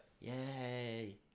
yay